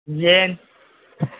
ꯌꯦꯟ